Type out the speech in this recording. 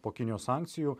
po kinijos sankcijų